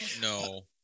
no